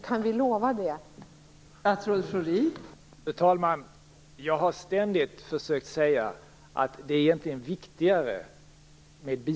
Kan vi lova att det?